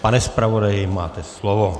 Pane zpravodaji, máte slovo.